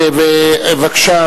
בבקשה,